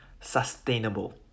sustainable